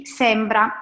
sembra